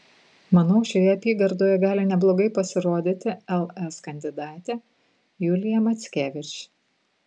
manau šioje apygardoje gali neblogai pasirodyti ls kandidatė julija mackevič